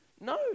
No